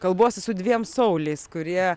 kalbuosi su dviem sauliais kurie